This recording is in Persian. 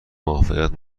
موفقیت